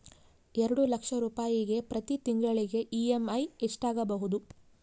ಎರಡು ಲಕ್ಷ ರೂಪಾಯಿಗೆ ಪ್ರತಿ ತಿಂಗಳಿಗೆ ಇ.ಎಮ್.ಐ ಎಷ್ಟಾಗಬಹುದು?